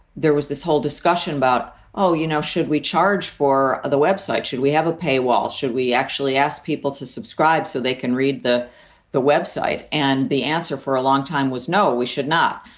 there was this whole discussion about, oh, you know, should we charge for the web site? should we have a paywall? should we actually ask people to subscribe so they can read the the web site? and the answer for a long time was, no, we should not,